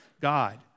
God